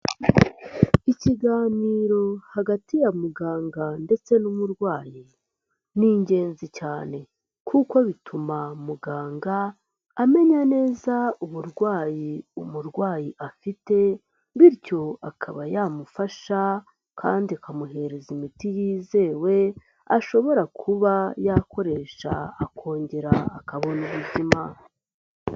Ikiganiro hagati ya muganga ndetse n'umurwayi ni ingenzi cyane kuko bituma muganga, amenya neza uburwayi umurwayi afite bityo akaba yamufasha kandi akamuhereza imiti yizewe, ashobora kuba yakoresha akongera akabona ubuzima.